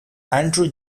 andrew